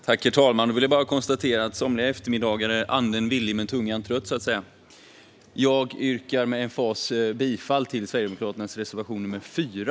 Herr talman! Jag kan bara konstatera att somliga eftermiddagar är anden villig men tungan trött. Jag yrkar med emfas bifall till Sverigedemokraternas reservation 4.